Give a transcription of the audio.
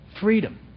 Freedom